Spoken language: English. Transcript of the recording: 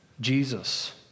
Jesus